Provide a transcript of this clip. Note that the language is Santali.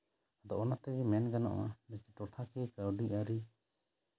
ᱟᱫᱚ ᱚᱱᱟᱛᱮ ᱢᱮᱱ ᱜᱟᱱᱚᱜᱼᱟ ᱴᱚᱴᱷᱟᱠᱤᱭᱟᱹ ᱠᱟᱹᱣᱰᱤᱭᱟᱹᱨᱤ